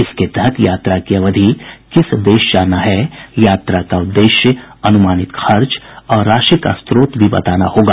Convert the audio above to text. इसके तहत यात्रा की अवधि किस देश जाना है यात्रा का उद्देश्य अनुमानित खर्च और राशि का स्त्रोत भी बताना होगा